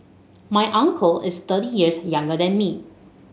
my uncle is thirty years younger than me